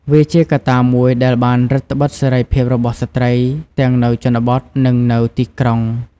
វាជាកត្តាមួយដែលបានរឹតត្បិតសេរីភាពរបស់ស្ត្រីទាំងនៅជនបទ និងនៅទីក្រុង។